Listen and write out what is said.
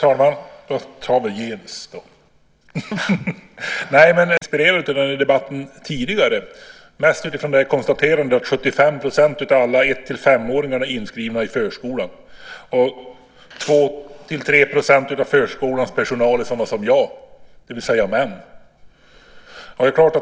Fru talman! Jag blev lite inspirerad av den tidigare debatten, mest utifrån konstaterandet att 75 % av alla ett till femåringar är inskrivna i förskolan, och 2-3 % av förskolans personal är sådana som jag, det vill säga män.